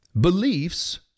Beliefs